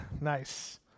Nice